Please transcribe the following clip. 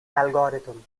algorithm